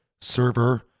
server